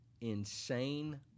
insane